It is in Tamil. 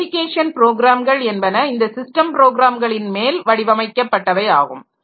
அப்ளிகேஷன் ப்ரோக்ராம்கள் என்பன இந்த ஸிஸ்டம் ப்ரோக்ராம்களின் மேல் வடிவமைக்கப்பட்டவை ஆகும்